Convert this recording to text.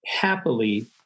happily